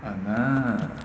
!hanna!